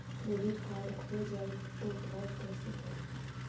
Credit card खो जाए तो ब्लॉक कैसे करी?